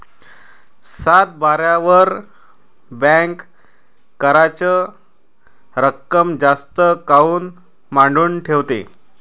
सातबाऱ्यावर बँक कराच रक्कम जास्त काऊन मांडून ठेवते?